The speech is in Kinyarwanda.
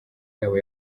yabo